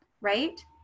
Right